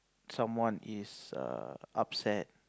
someone is err upset